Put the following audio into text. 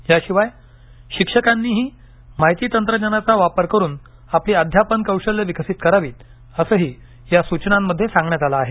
याशिवाय शिक्षकांनीही माहिती तंत्रज्ञानाचा वापर करून आपली अध्यापन कौशल्य विकसित करावीत असंही या सुचनांमध्ये सांगण्यात आलं आहे